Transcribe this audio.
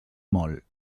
molt